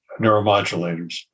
neuromodulators